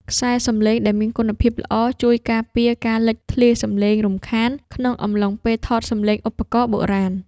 ខ្សែសំឡេងដែលមានគុណភាពល្អ ជួយការពារការលេចធ្លាយសំឡេងរំខានក្នុងអំឡុងពេលថតសំឡេងឧបករណ៍បុរាណ។